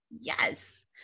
Yes